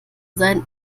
seinen